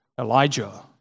Elijah